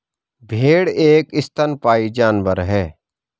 भेड़ एक स्तनपायी जानवर है